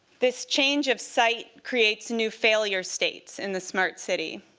this change of sight creates new failure states in the smart city.